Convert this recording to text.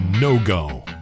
no-go